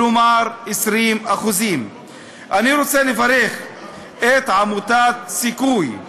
כלומר 20%. אני רוצה לברך את עמותת "סיכוי"